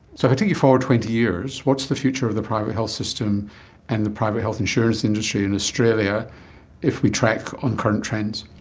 so if i take you forward twenty years, what's the future of the private health system and the private health insurance industry in australia if we track on current trends?